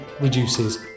reduces